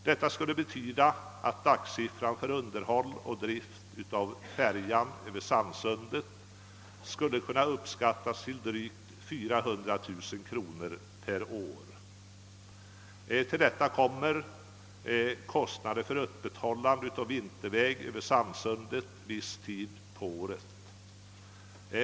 Det skulle betyda att kostnaderna för underhåll och drift av färjan över Sannsundet nu kan uppskattas till drygt 400 000 kronor per år. Härtill kommer kostnaderna för öppethållande av vinterväg över Sannsundet viss tid på året.